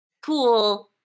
cool